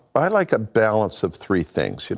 i like a balance of three things. you know